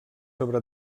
sobre